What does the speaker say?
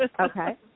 Okay